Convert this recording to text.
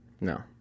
No